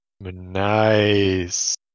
Nice